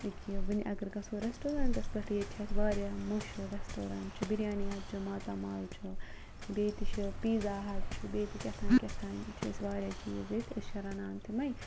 أکیٛاہ یہِ وٕنہِ اگر گژھو رسٹورَنٛٹَس پٮ۪ٹھ ییٚتہِ چھِ اَسہِ واریاہ مہشوٗر رسٹورَنٛٹ بِریانی ہَٹ چھُ ماتامال چھُ بیٚیہِ تہِ چھِ پیٖزا ہَٹ چھُ بیٚیہِ تہِ کیٛاہ تام کیٛاہ تام چھِ أسۍ واریاہ چیٖز ییٚتہِ أسۍ چھِ رَنان تِمَے